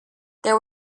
there